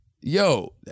yo